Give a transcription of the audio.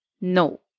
no